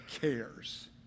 cares